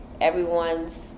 Everyone's